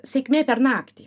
sėkmė per naktį